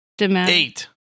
Eight